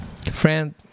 Friend